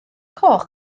coch